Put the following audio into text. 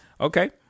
Okay